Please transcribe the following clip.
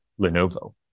Lenovo